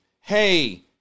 hey